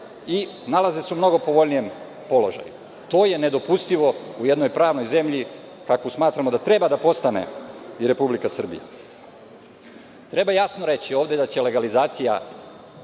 i nalaze se u mnogo povoljnijem položaju. To je nedopustivo u jednoj pravnoj zemlji kakvu smatramo da treba postane i Republika Srbija. Treba jasno reći, legalizacija